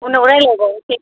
उनाव रायज्लायबावनसै